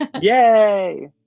Yay